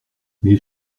mes